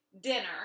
dinner